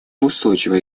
устойчивое